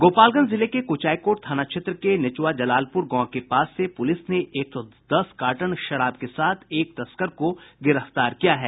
गोपालगंज जिले के कुचायकोट थाना क्षेत्र के नेचुआजलालपुर गांव के पास से पुलिस ने एक सौ दस कार्टन शराब के साथ एक तस्कर को गिरफ्तार किया है